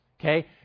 Okay